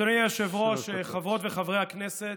אדוני היושב-ראש, חברות וחברי הכנסת,